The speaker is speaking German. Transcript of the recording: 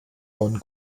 bonn